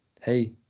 Hey